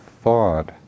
thought